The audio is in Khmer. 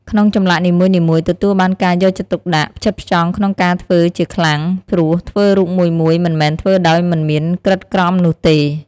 ក្នុងចម្លាក់នីមួយៗទទួលបានការយកចិត្តទុកដាក់ ផ្ចិតផ្ចង់ក្នុងការធ្វើជាខ្លាំង ព្រោះធ្វើរូបមួយៗមិនមែនធ្វើដោយមិនមានក្រិតក្រមនោះទេ។